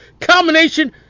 Combination